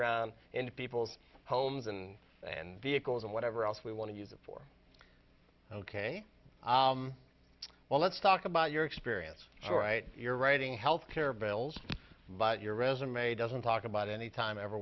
ground into people's homes and and vehicles and whatever else we want to use it for ok well let's talk about your experience all right you're writing health care bills but your resume doesn't talk about any time ever